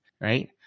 right